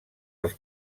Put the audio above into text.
als